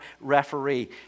referee